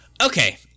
Okay